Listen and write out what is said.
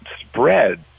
spread